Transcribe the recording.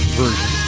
version